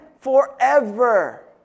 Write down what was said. Forever